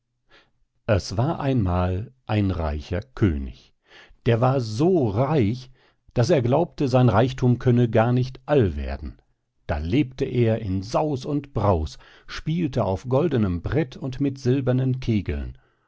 es war einmal ein reicher könig der war so reich daß er glaubte sein reichthum könne gar nicht all werden da lebte er in saus und braus spielte auf goldenem brett und mit silbernen kegeln